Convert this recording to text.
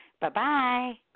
Bye-bye